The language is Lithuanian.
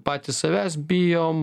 patys savęs bijom